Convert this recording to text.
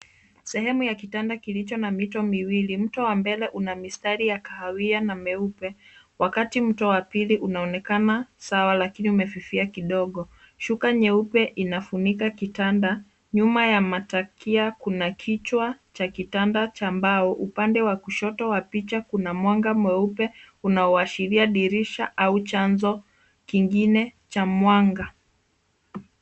Sehemu ya kilicho mito wa mbele una kahawia na meupe. Wakati mto wa pili unaonekana sawa na umefifia kidogo. Shuka nyeupe inafunika .Nyuma ya kuna kichwa cha kitanda cha mbao. Upande wa kushoto wa picha kuna unaoashiria dirisha au chanzo kilicho cha mwanga.